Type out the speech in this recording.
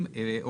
לא לשר,